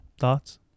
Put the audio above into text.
thoughts